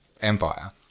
empire